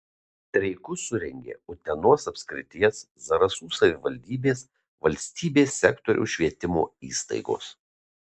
streikus surengė utenos apskrities zarasų savivaldybės valstybės sektoriaus švietimo įstaigos